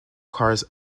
cars